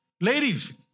Ladies